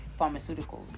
Pharmaceuticals